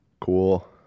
Cool